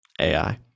AI